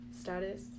status